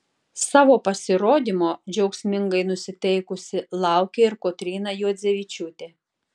savo pasirodymo džiaugsmingai nusiteikusi laukė ir kotryna juodzevičiūtė